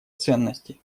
ценности